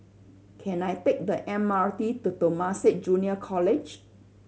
can I take the M R T to Temasek Junior College